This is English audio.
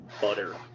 butter